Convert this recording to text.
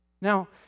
Now